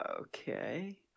Okay